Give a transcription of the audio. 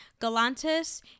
galantis